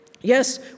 Yes